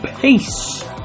Peace